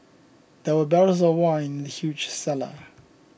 there were barrels of wine in the huge cellar